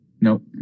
Nope